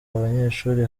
banyeshuri